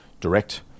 direct